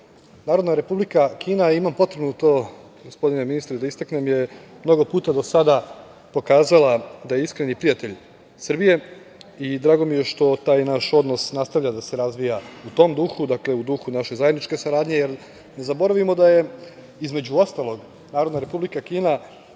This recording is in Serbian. neguju. Narodna Republika Kina, imam potrebu to, gospodine ministre, da istaknem, je mnogo puta do sada pokazala da je iskreni prijatelj Srbije, i drago mi je što taj naš odnos nastavlja da se razvija u tom duhu, u duhu naše zajedničke saradnje, jer ne zaboravimo da je, između ostalog, Narodna Republika Kina